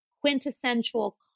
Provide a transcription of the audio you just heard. quintessential